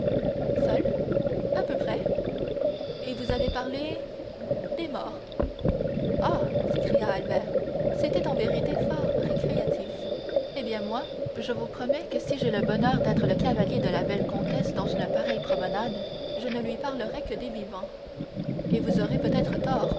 seuls à peu près et vous avez parlé des morts ah s'écria albert c'était en vérité fort récréatif eh bien moi je vous promets que si j'ai le bonheur d'être le cavalier de la belle comtesse dans une pareille promenade je ne lui parlerai que des vivants et vous aurez peut-être tort